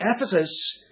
Ephesus